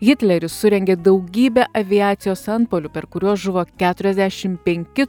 hitleris surengė daugybę aviacijos antpuolių per kuriuos žuvo keturiasdešim penki